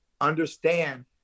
Understand